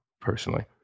personally